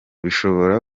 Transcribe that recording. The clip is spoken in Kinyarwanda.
gishobora